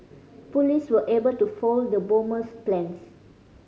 police were able to foil the bomber's plans